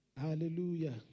Hallelujah